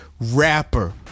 rapper